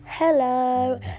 Hello